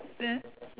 then